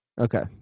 Okay